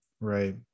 Right